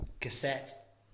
cassette